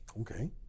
okay